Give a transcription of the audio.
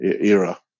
era